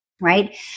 right